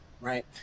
right